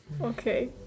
Okay